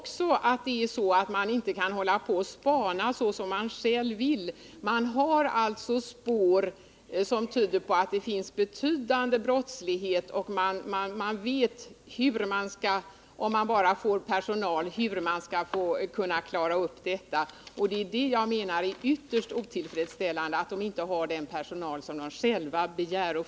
Men jag vet också att man inte kan hålla på att spana som man själv vill trots att man alltså har spår som tyder på att det finns en betydande brottslighet och trots att man vet hur man, om man bara får personal, skall klara upp detta. Jag menar att det är ytterst otillfredsställande att polisen inte har fått den personalförstärkning som den själv har begärt.